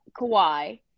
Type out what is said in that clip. Kawhi